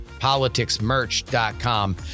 politicsmerch.com